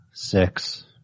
Six